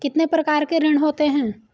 कितने प्रकार के ऋण होते हैं?